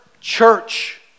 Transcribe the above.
church